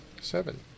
Seven